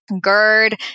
GERD